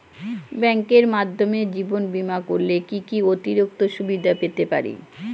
ব্যাংকের মাধ্যমে জীবন বীমা করলে কি কি অতিরিক্ত সুবিধে পেতে পারি?